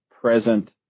present